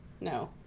no